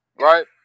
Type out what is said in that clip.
right